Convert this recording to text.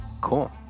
cool